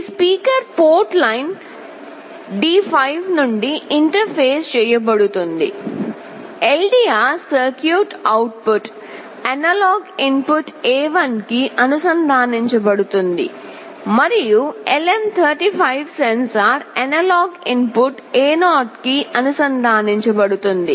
ఈ speaker port line port line0 D5 నుండి interface చేయబడుతుంది LDR circuit output analog input A1 కి అనుసంధానించబడుతుంది మరియు LM35 sensor analog input A0 కి అనుసంధానించబడుతుంది